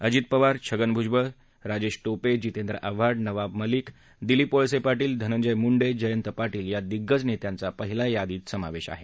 अजित पवार छगन भुजबळ राजेश पि जितेंद्र आव्हाड नवाब मलिक दिलीप वळसे पार्शिल धनंजय मुंडे जयंत पार्शिल या दिग्गज नेत्यांचा पहिल्या यादीत समावेश आहे